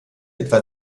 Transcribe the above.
etwa